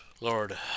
Lord